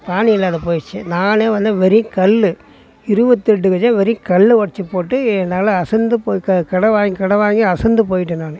பானி இல்லாத போயிடுச்சி நானே வந்து வெறும் கல்லு இருபத்தெட்டு கஜம் வெறும் கல்லை உடச்சிப் போட்டு நல்லா அசந்து போய் க கடன் வாங்கி கடன் வாங்கி அசந்து போயிட்டேன் நான்